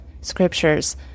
scriptures